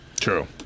True